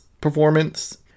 performance